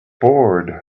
bored